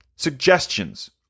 suggestions